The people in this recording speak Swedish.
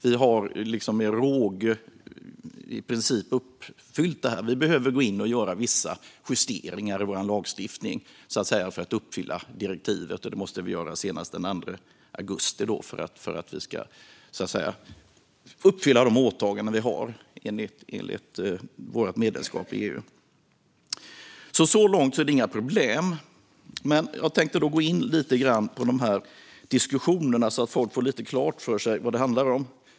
Vi har med råge i princip uppfyllt det här. Men vi behöver senast den 2 augusti göra vissa justeringar i vår lagstiftning för att helt uppfylla det som sägs i direktivet och de åtaganden vi har genom vårt medlemskap i EU. Så långt är det inga problem. Men jag tänkte gå in lite på diskussionerna, så att folk får klart för sig vad det handlar om.